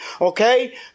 Okay